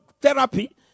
therapy